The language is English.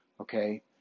okay